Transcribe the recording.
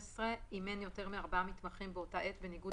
אימן יותר מארבעה מתמחים באותה עת,10,000 בניגוד